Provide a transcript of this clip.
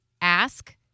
ask